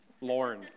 Lauren